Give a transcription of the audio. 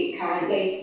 currently